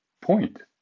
point